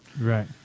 Right